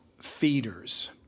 feeders